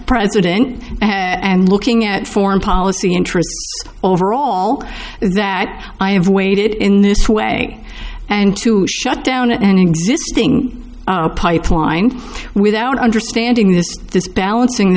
president and looking at foreign policy interests overall that i have waited in this way and to shut down an existing pipeline without understanding this this balancing